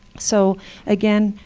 so again,